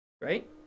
right